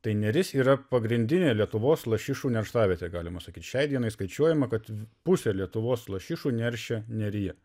tai neris yra pagrindinė lietuvos lašišų nerštavietė galima saky šiai dienai skaičiuojama kad pusė lietuvos lašišų neršia neryje